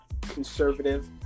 conservative